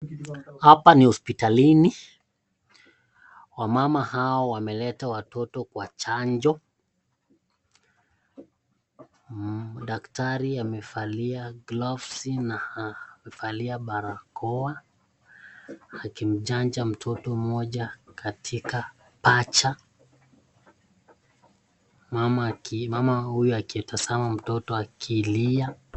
Hapa ni hospitalini wamama wameleta hawa wameleta watoto kwa chanjo. Daktari amevalia glavsi na amevalia barakoa akimchanja mtoto mmoja katika pacha mama huyu akitazama mtoto akilia.